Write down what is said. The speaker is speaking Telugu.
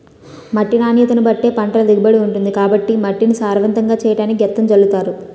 మట్టి నాణ్యతను బట్టే పంటల దిగుబడి ఉంటుంది కాబట్టి మట్టిని సారవంతంగా చెయ్యడానికి గెత్తం జల్లుతారు